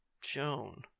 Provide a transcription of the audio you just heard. Joan